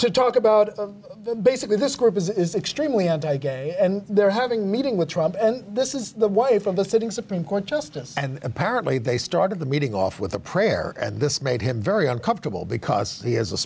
to talk about basically this group is extremely anti gay and they're having meeting with trump and this is the wife of the sitting supreme court justice and apparently they start of the meeting off with a prayer and this made him very uncomfortable